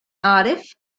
أعرف